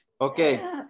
Okay